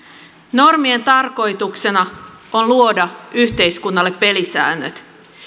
normien tarkoituksena on luoda yhteiskunnalle pelisäännöt